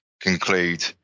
conclude